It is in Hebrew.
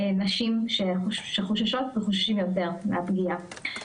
נשים שחוששות וחוששים יותר מהפגיעה.